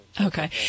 Okay